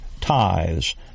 tithes